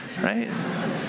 right